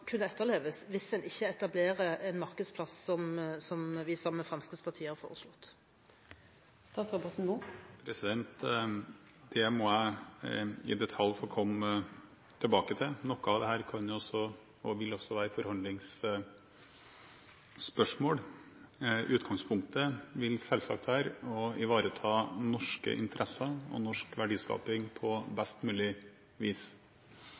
kunne etterleves, hvis man ikke etablerer en markedsplass, som Høyre sammen med Fremskrittspartiet har foreslått. Det må jeg i detalj få komme tilbake til. Noe av dette kan og vil være et forhandlingsspørsmål. Utgangspunktet vil selvsagt være å ivareta norske interesser og norsk verdiskaping på best mulig vis.